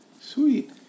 Sweet